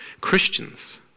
Christians